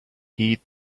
heed